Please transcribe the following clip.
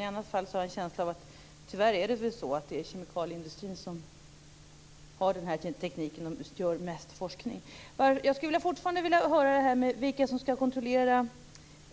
I andra fall har jag en känsla av att det tyvärr är kemikalieindustrin som besitter den här gentekniken och bedriver mest forskning. Jag vill fortfarande höra vilken det är som skall kontrollera